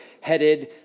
headed